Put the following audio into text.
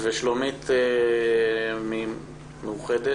שלומית נטר מקופת חולים מאוחדת.